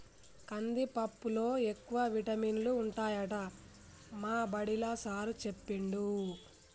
కందిపప్పులో ఎక్కువ విటమినులు ఉంటాయట మా బడిలా సారూ చెప్పిండు